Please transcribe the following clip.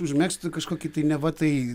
užmegzti kažkokį tai neva tai